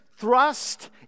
thrust